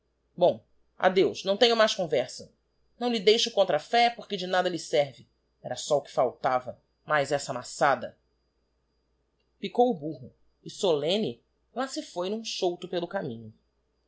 bom adeus não tenho mais conversa não lhe deixo contra fé porque de nada lhe serve era só o que faltava mais essa maçada picou o burro e solemne lá se foi n'um chouto pelo caminho